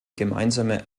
gemeinsame